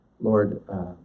Lord